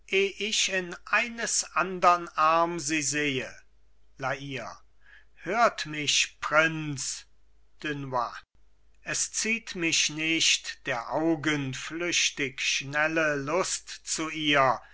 ich in eines andern arm sie sehe la hire hört mich prinz dunois es zieht mich nicht der augen flüchtig schnelle lust zu ihr